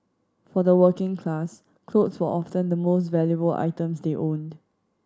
for the working class clothes were often the most valuable items they owned